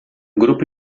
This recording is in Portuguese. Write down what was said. grupo